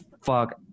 fuck